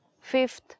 fifth